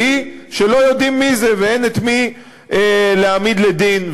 והיא שלא יודעים מי זה ואין את מי להעמיד לדין.